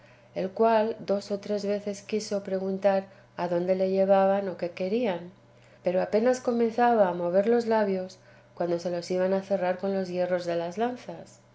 el cual dos o tres veces quiso preguntar adónde le llevaban o qué querían pero apenas comenzaba a mover los labios cuando se los iban a cerrar con los hierros de las lanzas